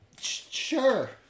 Sure